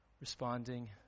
responding